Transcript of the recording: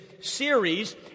series